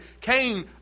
Cain